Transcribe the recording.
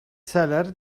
seller